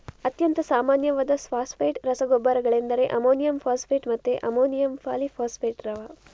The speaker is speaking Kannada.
ಅತ್ಯಂತ ಸಾಮಾನ್ಯವಾದ ಫಾಸ್ಫೇಟ್ ರಸಗೊಬ್ಬರಗಳೆಂದರೆ ಅಮೋನಿಯಂ ಫಾಸ್ಫೇಟ್ ಮತ್ತೆ ಅಮೋನಿಯಂ ಪಾಲಿ ಫಾಸ್ಫೇಟ್ ದ್ರವ